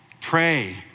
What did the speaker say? Pray